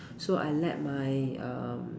so I let my um